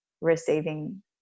receiving